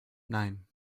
nine